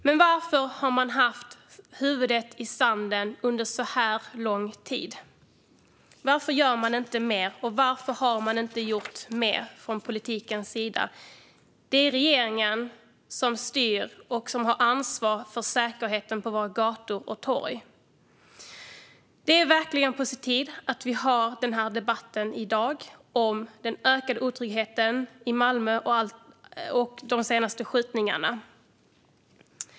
Men varför har man haft huvudet i sanden under så här lång tid? Varför gör man inte mer? Och varför har man inte gjort mer från politikens sida? Det är regeringen som styr och som har ansvar för säkerheten på våra gator och torg. Det är verkligen på tiden att vi har denna debatt i dag om den ökade otryggheten i Malmö och de senaste skjutningarna.